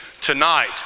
tonight